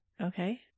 Okay